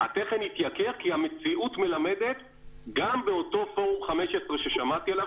כי המציאות מלמדת גם באותו פורום ה-15 ששמעתי עליו